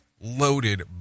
loaded